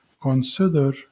consider